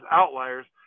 outliers